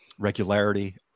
regularity